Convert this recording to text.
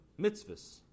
mitzvahs